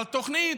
אבל תוכנית,